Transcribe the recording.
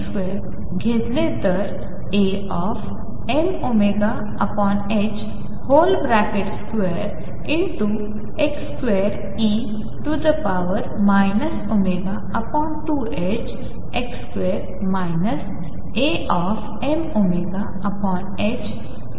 घेतले तर Amω2x2e mω2ℏx2 Amωe mω2ℏx2